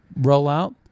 rollout